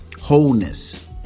wholeness